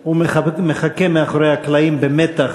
הוא מחכה מאחורי הקלעים במתח,